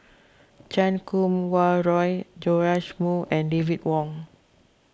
Chan Kum Wah Roy Joash Moo and David Wong